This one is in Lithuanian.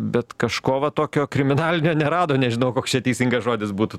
bet kažko va tokio kriminalinio nerado nežinau koks čia teisingas žodis būtų